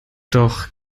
doch